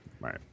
right